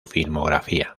filmografía